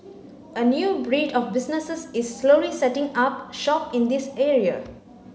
a new breed of businesses is slowly setting up shop in this area